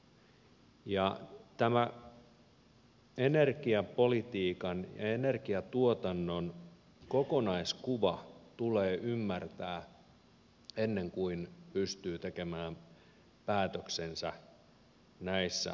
tämä energiapolitiikan ja energiantuotannon kokonaiskuva tulee ymmärtää ennen kuin pystyy tekemään päätöksensä näissä asioissa